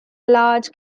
large